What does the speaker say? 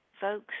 Folks